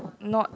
not